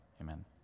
Amen